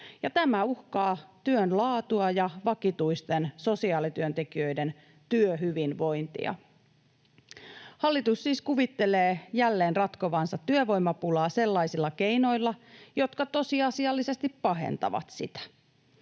tämä uhkaa työn laatua ja vakituisten sosiaalityöntekijöiden työhyvinvointia. Hallitus siis kuvittelee jälleen ratkovansa työvoimapulaa sellaisilla keinoilla, jotka tosiasiallisesti pahentavat sitä.